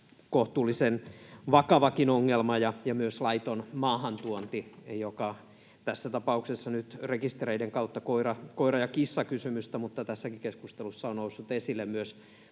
kohtuullisen vakavakin ongelma, samoin myös laiton maahantuonti, joka tässä tapauksessa nyt rekistereiden kautta liittyy koira- ja kissakysymykseen. Tässäkin keskustelussa on noussut esille myös